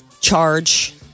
charge